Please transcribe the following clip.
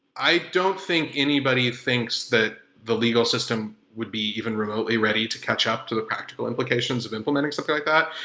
i don't think anybody thinks that the legal system would be even remotely readily to catch up to the practical implications of implementing something like that.